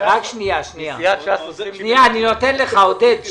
אני נותן לך עודד.